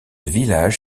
village